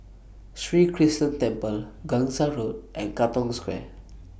Sri Krishnan Temple Gangsa Road and Katong Square